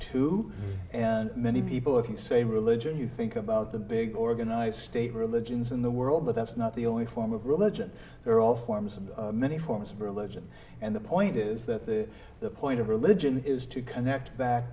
to and many people have the same religion you think about the big organized state religions in the world but that's not the only form of religion there are all forms of many forms of religion and the point is that the point of religion is to connect back